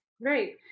Right